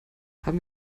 haben